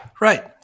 Right